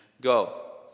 go